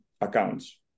accounts